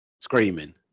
screaming